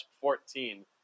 fourteen